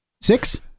Six